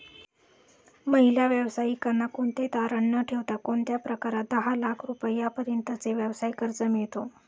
महिला व्यावसायिकांना कोणतेही तारण न ठेवता कोणत्या प्रकारात दहा लाख रुपयांपर्यंतचे व्यवसाय कर्ज मिळतो?